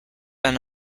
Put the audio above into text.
been